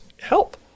help